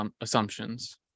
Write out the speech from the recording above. assumptions